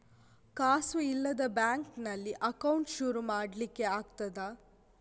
ಕಾಸು ಇಲ್ಲದ ಬ್ಯಾಂಕ್ ನಲ್ಲಿ ಅಕೌಂಟ್ ಶುರು ಮಾಡ್ಲಿಕ್ಕೆ ಆಗ್ತದಾ?